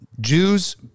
Jews